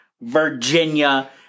Virginia